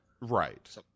Right